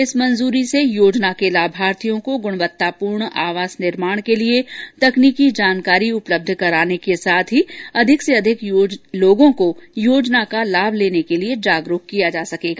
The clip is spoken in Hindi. इस मंजूरी से योजना के लाभार्थियों को ग्णवत्तापूर्ण आवास निर्माण के लिए तकनीकी जानकारी उपलबध कराने के साथ ही अधिक से अधिक लोगों को योजना का लाभ लेने के लिए जागरूक किया जा सकेगा